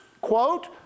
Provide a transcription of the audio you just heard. quote